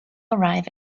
arrive